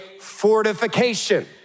fortification